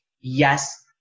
yes